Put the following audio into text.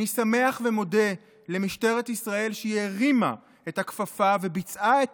אני שמח ומודה למשטרת ישראל שהיא הרימה את הכפפה וביצעה את